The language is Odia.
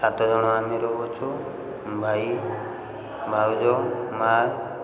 ସାତଜଣ ଆମେ ରହୁଛୁ ଭାଇ ଭାଉଜ ମାଆ